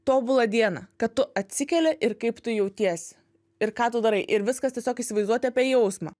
tobula dieną kad tu atsikeli ir kaip tu jautiesi ir ką tu darai ir viskas tiesiog įsivaizduoti apie jausmą